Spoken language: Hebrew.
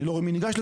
מי מציג את